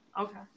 Okay